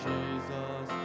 Jesus